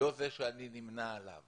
לא זה שאני ממנה עליו